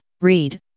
read